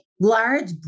large